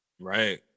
Right